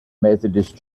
methodist